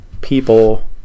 people